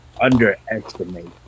underestimate